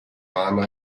waren